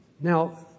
Now